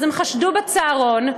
אז הם חשדו בצהרון.